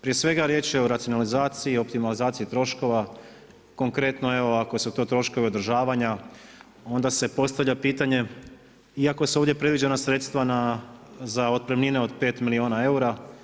Prije svega riječ je o racionalizaciji, optimalizaciji troškova, konkretno ako su to troškovi održavanja onda se postavlja pitanje, iako su ovdje predviđena sredstva za otpremnine od 5 milijuna eura.